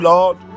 Lord